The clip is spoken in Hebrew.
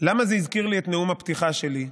למה זה הזכיר לי את נאום הפתיחה שלי?